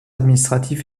administratif